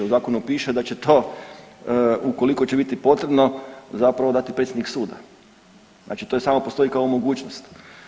U zakonu piše da će to ukoliko će biti potrebno zapravo dati predsjednik suda, znači to samo postoji kao mogućnost.